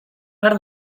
behar